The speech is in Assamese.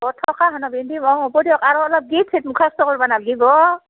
অ' হ'ব দিয়ক নালাগিব